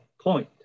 point